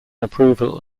approval